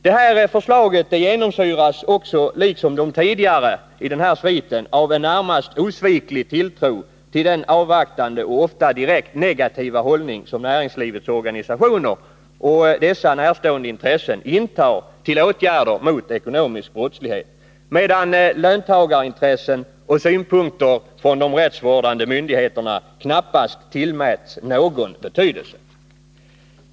Det här förslaget genomsyras också liksom det tidigare i den här sviten av en i det närmaste osviklig tilltro till den avvaktande och ofta direkt negativa hållning som näringslivets organisationer och dessa närstående intressen intar till åtgärder mot ekonomisk brottslighet, medan löntagarintressen och synpunkter från rättsvårdande myndigheterna knappast tillmäts någon betydelse.